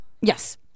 Yes